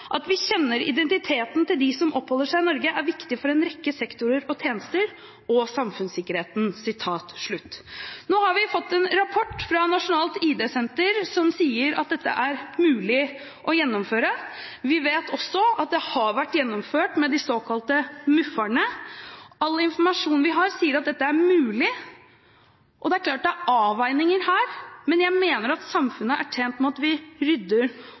vi kjenner identiteten til de som oppholder seg i Norge er viktig for en rekke sektorer og tjenester, og samfunnssikkerheten.» Nå har vi fått en rapport fra Nasjonalt ID-senter som sier at dette er mulig å gjennomføre. Vi vet også at det har vært gjennomført med de såkalte MUF-erne. All informasjon vi har, sier at dette er mulig. Det er klart at det er avveininger her, men jeg mener at samfunnet er tjent med at vi rydder